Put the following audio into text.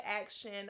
action